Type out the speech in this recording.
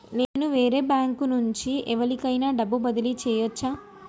నేను వేరే బ్యాంకు నుండి ఎవలికైనా డబ్బు బదిలీ చేయచ్చా?